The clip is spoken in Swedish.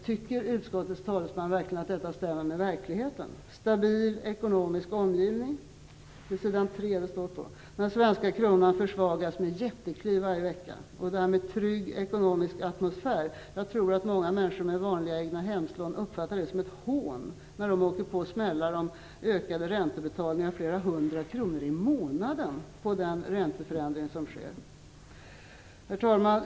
Tycker utskottets talesman att detta stämmer med verkligheten? "Stabil ekonomisk omgivning", det står på s. 3, när den svenska kronan försvagas med jättekliv varje vecka. "Trygg ekonomisk atomsfär" tror jag att många människor med vanliga egnahemslån uppfattar som ett hån när de åker på smällar med ökade räntebetalningar med flera hundra kronor i månaden med den ränteförändring som sker. Herr talman!